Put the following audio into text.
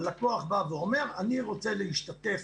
הלקוח בא ואומר אני רוצה להשתתף,